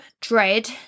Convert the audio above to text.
dread